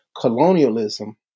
colonialism